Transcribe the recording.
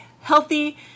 healthy